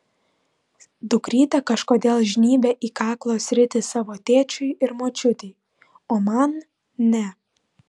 dukrytė kažkodėl žnybia į kaklo sritį savo tėčiui ir močiutei o man ne